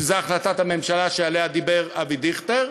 החלטות הממשלה שעליהן דיבר אבי דיכטר,